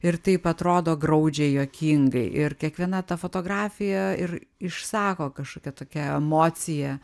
ir taip atrodo graudžiai juokingai ir kiekviena ta fotografija ir išsako kažkokią tokią emociją